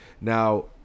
Now